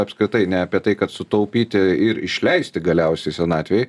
apskritai ne apie tai kad sutaupyti ir išleisti galiausiai senatvėj